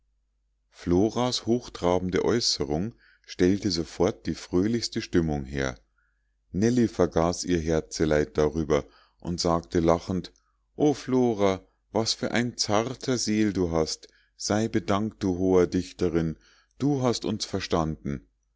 floras hochtrabende aeußerung stellte sofort die fröhlichste stimmung her nellie vergaß ihr herzeleid darüber und sagte lachend o flora was für ein zarter seel du hast sei bedankt du hoher dichterin du hast uns verstanden